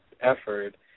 effort